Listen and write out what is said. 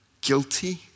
guilty